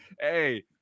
hey